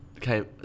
came